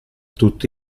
tutti